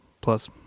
plus